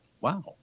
wow